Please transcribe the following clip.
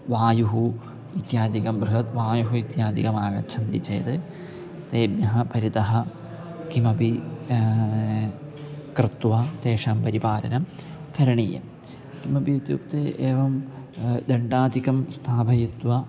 वायुः इत्यादिकं बृहत् वायुः इत्यादिकमागच्छति चेत् तेभ्यः परितः किमपि कृत्वा तेषां परिपालनं करणीयं किमपि इत्युक्ते एवं दण्डादिकं स्थापयित्वा